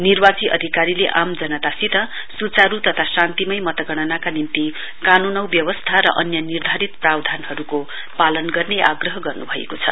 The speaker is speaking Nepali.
निर्वाची अधिकारीले आम जनतासित स्चारु तथा शान्तिमयस मतगणनाका निम्ति कानून औ व्यवस्था र अन्य निर्धारित प्रावधानहरुको पालन गर्ने आग्रह गर्न्भएको छ